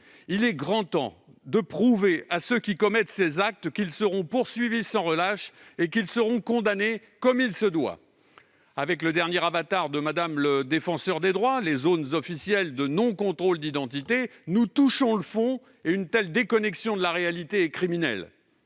Il est grand temps de prouver à ceux qui commettent ces actes qu'ils seront poursuivis sans relâche et qu'ils seront condamnés comme il se doit. Avec le dernier avatar de Mme la Défenseure des droits, les « zones officielles de non-contrôles d'identité », nous touchons le fond ; une telle déconnexion de la réalité est criminelle.